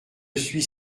suis